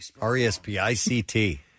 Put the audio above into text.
R-E-S-P-I-C-T